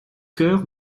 cœur